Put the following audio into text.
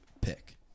pick